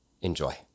Enjoy